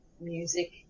music